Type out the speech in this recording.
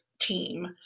team